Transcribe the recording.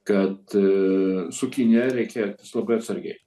kad su kinija reikia elgtis labai atsargiai